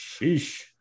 Sheesh